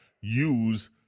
use